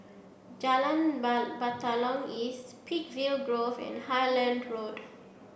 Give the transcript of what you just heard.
Jalan Batalong East Peakville Grove and Highland Road